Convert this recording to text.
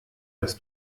das